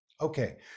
Okay